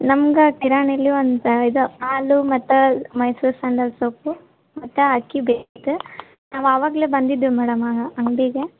ನಮ್ಗೆ ಕಿರಾಣೀಲಿ ಒಂದು ಇದು ಹಾಲು ಮತ್ತು ಮೈಸೂರು ಸ್ಯಾಂಡಲ್ ಸೋಪು ಮತ್ತು ಅಕ್ಕಿ ಬೇಕಿತ್ತು ನಾವು ಆವಾಗಲೇ ಬಂದಿದ್ವಿ ಮೇಡಮ್ ಅಂಗಡಿಗೆ